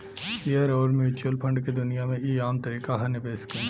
share अउर mutual fund के दुनिया मे ई आम तरीका ह निवेश के